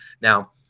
Now